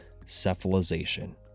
cephalization